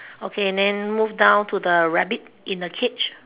okay then move down to the rabbit in the cage